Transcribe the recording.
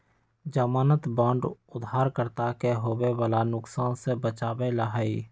ज़मानत बांड उधारकर्ता के होवे वाला नुकसान से बचावे ला हई